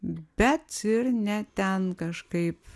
bet ir ne ten kažkaip